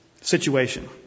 situation